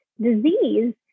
disease